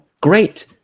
great